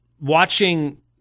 watching